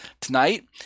tonight